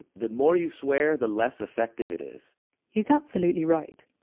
the more you swear, the less effective it is he! s absolutely right.